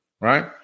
right